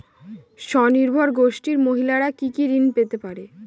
স্বনির্ভর গোষ্ঠীর মহিলারা কি কি ঋণ পেতে পারে?